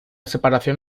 separación